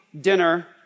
dinner